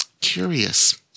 curious